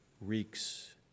reeks